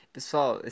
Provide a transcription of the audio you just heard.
Pessoal